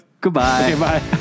Goodbye